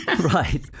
right